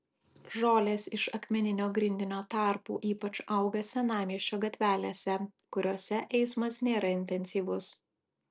žolės iš akmeninio grindinio tarpų ypač auga senamiesčio gatvelėse kuriose eismas nėra intensyvus